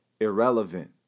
irrelevant